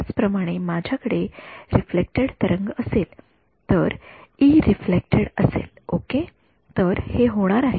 त्याचप्रमाणे माझ्याकडे रिफ्लेक्टेड तरंग असेल तर E रिफ्लेक्टेड असेल ओके तर हे होणार आहे